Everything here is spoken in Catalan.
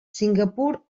singapur